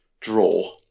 draw